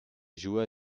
joueur